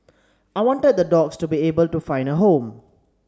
I wanted the dogs to be able to find a home